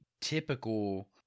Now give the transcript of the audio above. typical